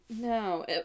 no